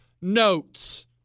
notes